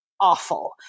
awful